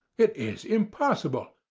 it is impossible!